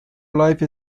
life